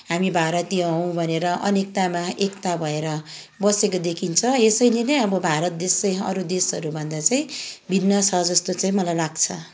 हामी भारतीय हौँ भनेर अनेकतामा एकता भएर बसेको देखिन्छ यसैले नै अब भारत देश चाहिँ अरू देशहरूभन्दा चाहिँ भिन्न छ जस्तो चाहिँ मलाई लाग्छ